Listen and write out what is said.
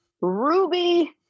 Ruby